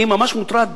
אני ממש מוטרד